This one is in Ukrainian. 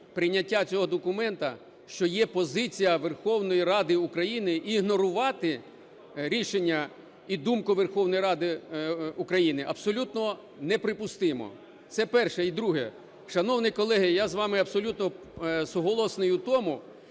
прийняття цього документа, що є позиція Верховної Ради України, і ігнорувати рішення і думку Верховної Ради України абсолютно неприпустимо. Це перше. І друге. Шановні колеги, я з вами абсолютно суголосний у тому,